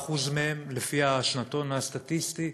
44% מהם, לפי השנתון הסטטיסטי,